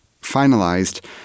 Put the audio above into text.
finalized